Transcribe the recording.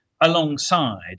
alongside